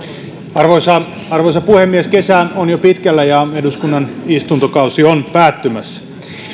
arvoisa arvoisa puhemies kesä on jo pitkällä ja eduskunnan istuntokausi on päättymässä